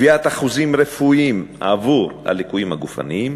קביעת אחוזים רפואיים עבור הליקויים הגופניים,